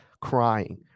crying